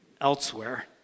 elsewhere